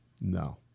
No